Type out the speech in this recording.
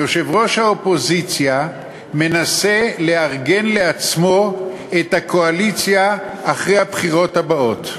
יו"ר האופוזיציה מנסה לארגן לעצמו את הקואליציה אחרי הבחירות הבאות.